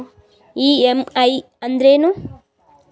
EMI ಅಂದ್ರೇನು?